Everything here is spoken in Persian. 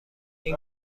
این